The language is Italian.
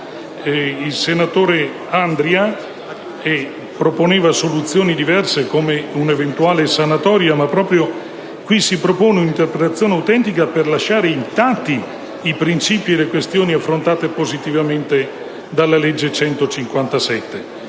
Il senatore Andria proponeva soluzioni diverse, come un'eventuale sanatoria, ma proprio qui si propone un'interpretazione autentica per lasciare intatti i principi e le questioni affrontate positivamente dalla legge n.